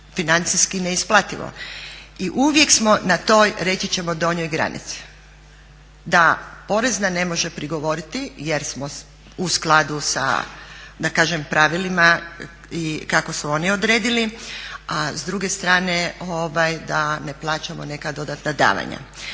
financijski neisplativo. I uvijek smo na toj reći ćemo donjoj granici. Da porezna ne može prigovoriti jer smo u skladu sa da kažem pravilima i kako su oni odredili, a s druge strane da ne plaćamo neka dodatna davanja.